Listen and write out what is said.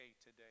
today